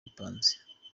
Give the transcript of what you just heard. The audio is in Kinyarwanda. ipanze